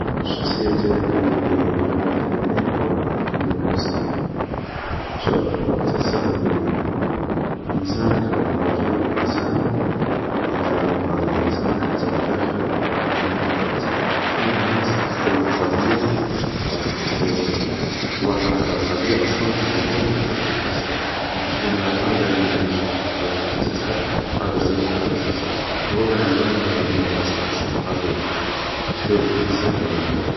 الشخصية التاريخية اللي فريمون عجبتني هو الامام الحسين, خاطش تحسه بلي انسان كان راجل و انسان دافع على القضية تاعه حتى اخر رمق في حياته, ماشي قاع ناس تدخل في القضية و تعطي حتى حياتها ليها, هو عطا القضية هو علابله بلي قضية خاسرة, كي تكون رابحة قال ماعليش راك تتعب قادر تربح قادر تخسر, بصح هو كان علاباله بلي قضية خاسرة, بصح بقا فيها بارسكو انسان تاع مبادئ